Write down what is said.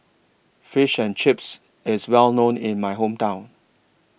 Fish and Chips IS Well known in My Hometown